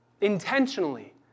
intentionally